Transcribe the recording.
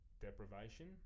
deprivation